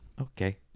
Okay